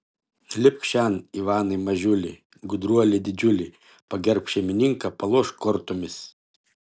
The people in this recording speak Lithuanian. lipk šen ivanai mažiuli gudruoli didžiuli pagerbk šeimininką palošk kortomis